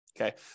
Okay